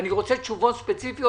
אני רוצה תשובות ספציפיות.